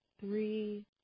three